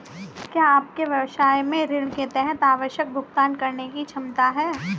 क्या आपके व्यवसाय में ऋण के तहत आवश्यक भुगतान करने की क्षमता है?